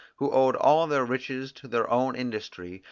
who owed all their riches to their own industry,